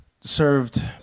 served